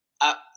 up